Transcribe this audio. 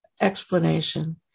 explanation